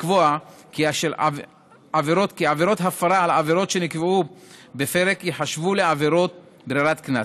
לקבוע כי עבירות הפרה של תנאים שנקבעו בפרק ייחשבו לעבירות ברירת קנס.